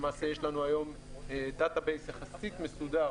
למעשה יש לנו היום דאטה בייס יחסית מסודר